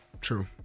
True